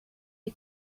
you